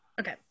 Okay